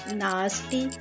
nasty